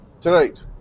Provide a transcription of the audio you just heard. tonight